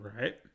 Right